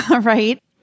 right